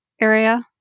area